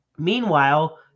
Meanwhile